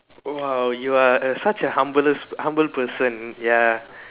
!wow! you are a such a humblest humble person ya